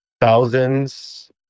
thousands